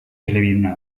elebiduna